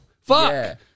fuck